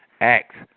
Acts